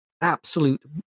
absolute